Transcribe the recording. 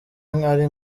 ari